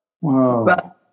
Wow